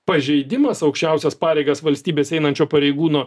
pažeidimas aukščiausias pareigas valstybės einančio pareigūno